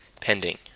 Pending